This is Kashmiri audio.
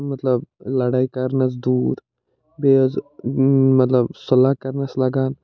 مطلب لڑٲے کرنَس دوٗر بیٚیہِ حظ مطلب صحلہ کرنَس لگان